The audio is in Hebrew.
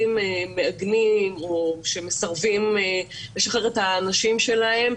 מעגנים או שמסרבים לשחרר את הנשים שלהם,